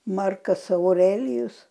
markas aurelijus